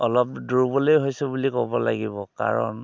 অলপ দুৰ্বলেই হৈছোঁ বুলি ক'ব লাগিব কাৰণ